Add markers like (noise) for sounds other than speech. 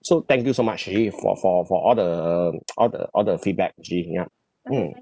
so thank you so much eh for for for all the (noise) all the all the feedback actually ya mm